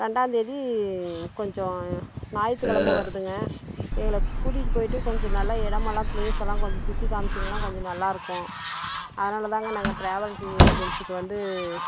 ரெண்டாம்தேதி கொஞ்சம் ஞாயித்துக்கிழம வருதுங்க எங்களை கூட்டிகிட்டு போய்விட்டு கொஞ்சம் நல்லா இடமெல்லாம் ப்ளேஸெல்லாம் கொஞ்சம் சுற்றி காமிச்சிங்கள்னா கொஞ்சம் நல்லாருக்கும் அதனால் தாங்க நாங்கள் ட்ராவல்ஸ் ஏஜென்சிக்கு வந்து